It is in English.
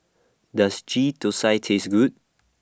Does Ghee Thosai Taste Good